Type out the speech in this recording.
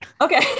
Okay